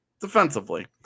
defensively